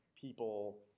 people